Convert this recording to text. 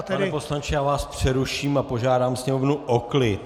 Pane poslanče, já vás přeruším a požádám Sněmovnu o klid.